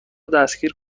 دستگیر